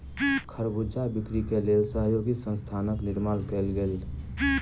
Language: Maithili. खरबूजा बिक्री के लेल सहयोगी संस्थानक निर्माण कयल गेल